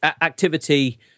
Activity